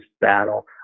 battle